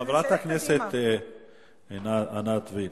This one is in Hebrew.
חברת הכנסת עינת וילף,